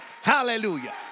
Hallelujah